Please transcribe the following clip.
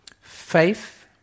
Faith